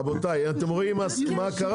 רגע, רבותיי, רבותיי, אתם רואים מה קרה?